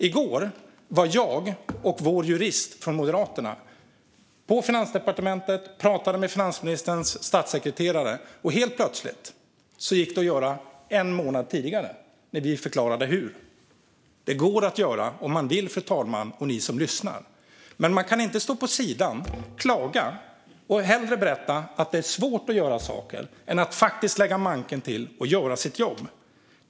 I går var jag och vår jurist från Moderaterna på Finansdepartementet och pratade med finansministerns statssekreterare. Helt plötsligt gick det att göra det en månad tidigare, när vi förklarade hur. Det går att göra saker om man vill, fru talman och åhörare, i stället för att stå vid sidan och klaga och hellre berätta att det är svårt att göra saker än lägga manken till och göra sitt jobb. Fru talman!